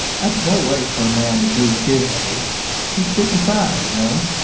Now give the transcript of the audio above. that's no way for a man to do at his age he's fifty-five, you know,